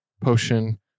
potion